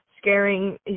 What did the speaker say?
scaring